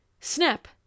Snap